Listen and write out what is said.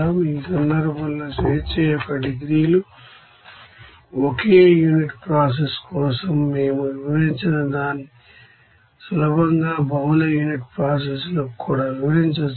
ఈ సందర్భంలో degrees of freedom లు ఒకే యూనిట్ ప్రాసెస్ కోసం మేము వివరించిన దాన్ని సులభంగా బహుళ యూనిట్ ప్రాసెస్కు కూడా విస్తరించవచ్చు